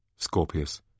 Scorpius